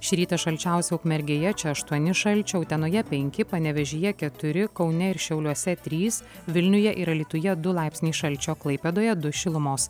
šį rytą šalčiausia ukmergėje čia aštuoni šalčio utenoje penki panevėžyje keturi kaune ir šiauliuose trys vilniuje ir alytuje du laipsniai šalčio klaipėdoje du šilumos